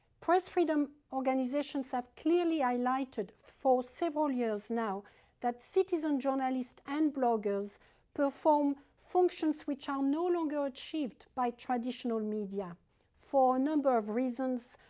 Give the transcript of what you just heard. press freedom organizations have clearly highlighted for several years now that citizen journalists and bloggers perform functions which are no longer achieved by traditional media for a number of reasons,